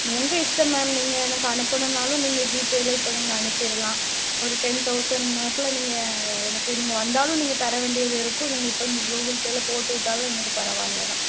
உங்கள் இஷ்டம் மேம் நீங்கள் எனக்கு அனுப்பணும்னாலும் நீங்கள் ஜிபேலேயே இப்போ நீங்கள் அனுப்பிடலாம் ஒரு டென் தவுசண்ட் வரையில் நீங்கள் எனக்கு நீங்கள் வந்தாலும் நீங்கள் தர வேண்டியது இருக்கும் இப்போ நீங்கள் கூகுள் பேவில் போட்டு விட்டாலும் எனக்கு பரவாயில்ல தான்